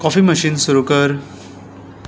coffee machine सुरू कर